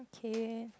k